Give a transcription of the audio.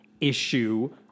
issue